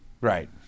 Right